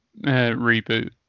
reboot